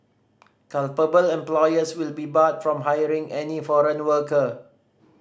culpable employers will be barred from hiring any foreign worker